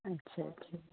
अच्छा अच्छा